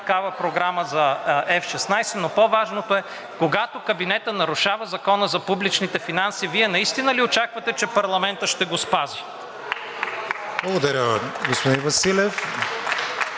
такава програма за F-16, но по-важното е, когато кабинетът нарушава Закона за публичните финанси, Вие наистина ли очаквате, че парламентът ще го спази? (Ръкопляскания